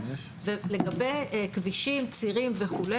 לגבי כבישים, צירים וכו',